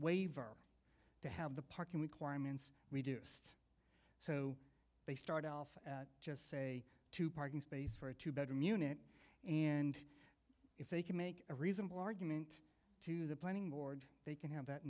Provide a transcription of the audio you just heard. waiver to have the parking requirements we do sed so they start off just say two parking space for a two bedroom unit and if they can make a reasonable argument to the planning board they can have that